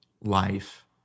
life